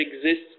exists